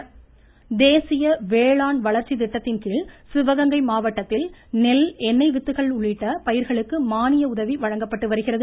Sivaganga voice தேசிய வேளாண் வளர்ச்சி திட்டத்தின்கீழ் சிவகங்கை மாவட்டத்தில் நெல் எண்ணெய் வித்துக்கள் உள்ளிட்ட பயிர்களுக்கு மானிய உதவி வழங்கப்பட்டு வருகிறது